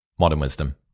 modernwisdom